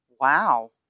Wow